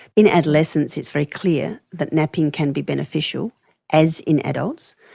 in adolescence it's very clear that napping can be beneficial as in adults.